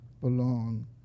belong